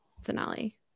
finale